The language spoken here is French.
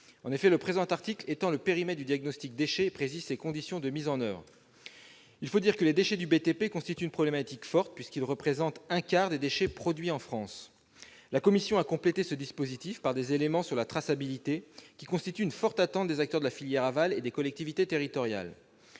En effet, ce dernier étend le périmètre du diagnostic « déchets » et précise ses conditions de mise en oeuvre. Il faut dire que les déchets du bâtiment et des travaux publics constituent une problématique forte, puisqu'ils représentent un quart des déchets produits en France. La commission a complété ce dispositif par des éléments sur la traçabilité, qui constitue une forte attente des acteurs de la filière aval et des collectivités territoriales.